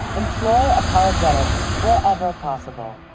employ apologetics wherever possible